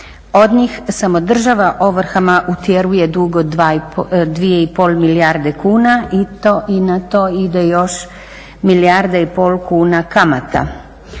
od njih samo država ovrhama utjeruje dug od 2.5 milijarde kuna i na to ide još milijarda i pol kuna kamata.